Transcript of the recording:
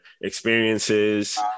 experiences